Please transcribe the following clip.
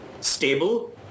stable